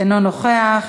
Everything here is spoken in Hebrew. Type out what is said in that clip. אינו נוכח,